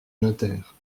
notaire